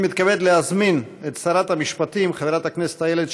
אני מתכבד להזמין את שרת המשפטים חברת הכנסת איילת